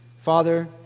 Father